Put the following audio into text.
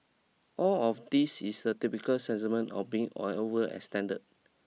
all of this is the typical sentiment of being or overextended